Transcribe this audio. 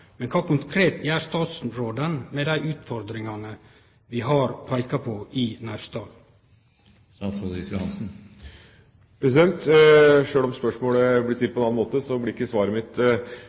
konkret gjer statsråden med dei utfordringane vi har peika på i Naustdal? Sjøl om spørsmålet blir stilt på en annen måte, blir ikke svaret mitt